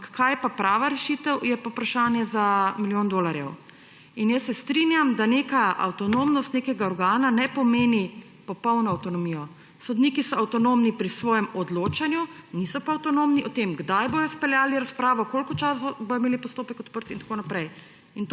Ampak kaj je pa prava rešitev, je pa vprašanje za milijon dolarjev. Jaz se strinjam, da neka avtonomnost nekega organa ne pomeni popolno avtonomijo. Sodniki so avtonomni pri svojem odločanju, niso pa avtonomni pri tem, kdaj bodo izpeljali razpravo, koliko časa bodo imeli postopek odprt in tako naprej.